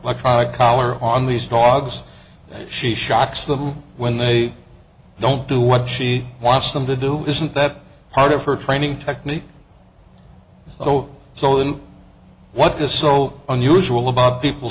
electronic collar on these dogs she shocks them when they don't do what she wants them to do isn't that part of her training technique oh so then what is so unusual about people